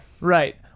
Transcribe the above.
Right